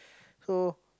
so